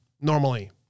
normally